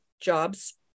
jobs